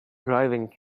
driving